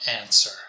answer